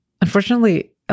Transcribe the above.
unfortunately